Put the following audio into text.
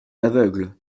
aveugle